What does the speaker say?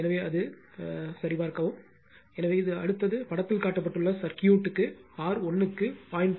எனவே இது அடுத்தது படத்தில் காட்டப்பட்டுள்ள சர்க்யூட்க்கு ஆர் 1 க்கு 0